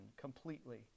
completely